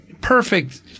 perfect